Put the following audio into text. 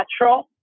natural